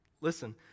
listen